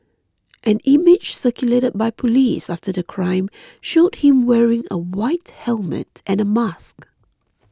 an image circulated by police after the crime showed him wearing a white helmet and a mask